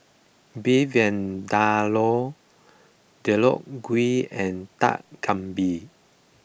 Beef Vindaloo Deodeok Gui and Dak Galbi